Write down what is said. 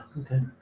Okay